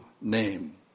name